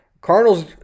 Cardinals